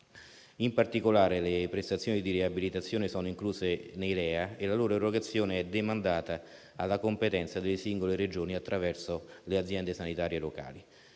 In particolare, le prestazioni di riabilitazione sono incluse nei LEA e la loro erogazione demandata alla competenza delle singole Regioni attraverso le Aziende sanitarie locali.